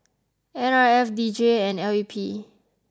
N R F D J and L U P